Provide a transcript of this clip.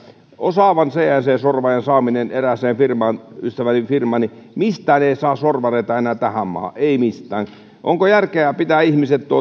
osaavan cnc sorvaajan saaminen erääseen ystäväni firmaan on mahdotonta mistään ei saa enää sorvareita tähän maahan ei mistään onko järkeä pitää ihmiset